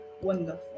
wonderful